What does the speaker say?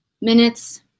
minutes